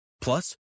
Plus